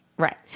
right